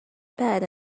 bed